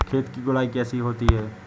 खेत की गुड़ाई कैसे होती हैं?